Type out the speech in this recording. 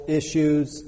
issues